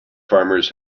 farmers